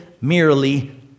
merely